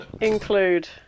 include